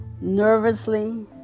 nervously